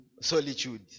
solitude